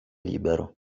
libero